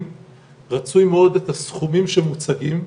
על שוק הדיור,